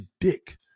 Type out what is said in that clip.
dick